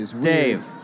Dave